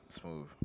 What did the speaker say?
smooth